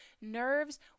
nerves